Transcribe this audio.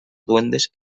duendes